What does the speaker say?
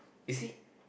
you see